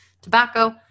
tobacco